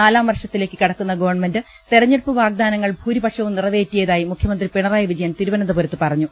നാലാം വർഷത്തിലേക്ക് കടക്കുന്ന ഗ്രവൺമെന്റ് തെരഞ്ഞെടുപ്പ് വാഗ്ദാനങ്ങൾ ഭൂരിപക്ഷവും നിറവ്റ്റിയതായി മുഖ്യമന്ത്രി പിണ റായി വിജയൻ തിരുവനന്തപുരത്ത് പറഞ്ഞു